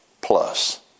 plus